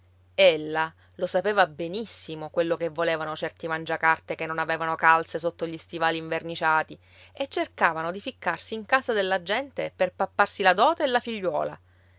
tasse ella lo sapeva benissimo quello che volevano certi mangiacarte che non avevano calze sotto gli stivali inverniciati e cercavano di ficcarsi in casa della gente per papparsi la dote e la figliuola